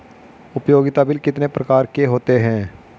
उपयोगिता बिल कितने प्रकार के होते हैं?